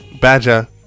Badger